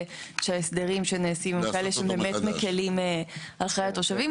שההסדרים שנעשים באמת מקלים על חיי התושבים.